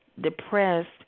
depressed